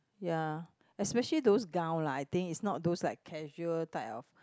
ya especially those gown lah I think is not those like casual type of